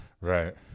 Right